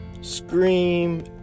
scream